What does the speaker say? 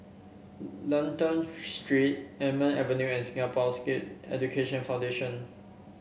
Lentor Street Almond Avenue and Singapore Sikh Education Foundation